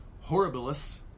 Horribilis